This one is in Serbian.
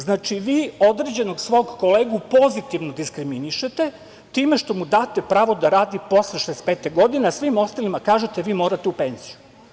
Znači, vi određenog svog kolegu pozitivno diskriminišete time što mu date pravo da radi posle 65. godine, a svima ostalima kažete - vi morate u penziju.